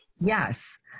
Yes